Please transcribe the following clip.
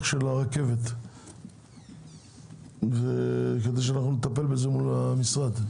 של הרכבת כדי שנטפל בזה מול המשרד.